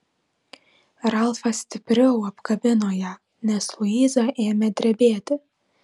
ralfas stipriau apkabino ją nes luiza ėmė drebėti